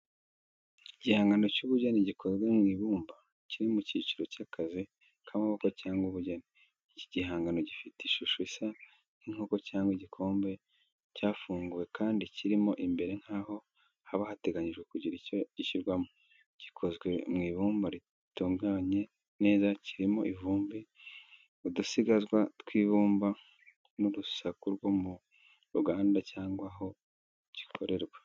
Igihangano cy’ubugeni gikozwe mu ibumba, kiri mu cyiciro cy’akazi k’amaboko cyangwa ubugeni. Iki gihangano gifite ishusho isa nk’inkoko cyangwa igikombe cyafunguwe kandi kirimo imbere nk'aho haba hateganijwe kugira icyo gishyirwamo. Gikozwe mu ibumba ridatunganye neza rikirimo ivumbi, udusigazwa tw’ibumba n’urusaku rwo mu ruganda cyangwa aho gikorerwa.